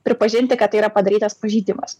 pripažinti kad tai yra padarytas pažeidimas